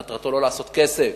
מטרתו לא לעשות כסף,